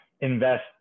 invest